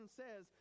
says